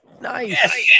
nice